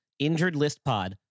InjuredListPod